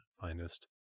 finest